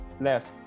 Left